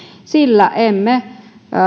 sillä emme